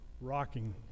rocking